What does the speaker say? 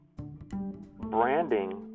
branding